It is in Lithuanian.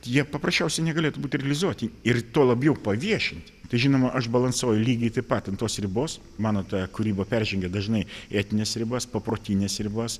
jie paprasčiausiai negalėtų būt realizuoti ir tuo labiau paviešinti tai žinoma aš balansuoju lygiai taip pat ant tos ribos mano ta kūryba peržengia dažnai etnines ribas paprotines ribas